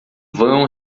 vão